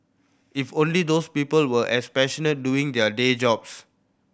if only those people were as passionate doing their day jobs